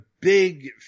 big